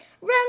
Run